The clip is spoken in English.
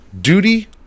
Duty